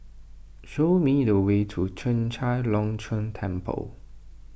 show me the way to Chek Chai Long Chuen Temple